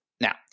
Now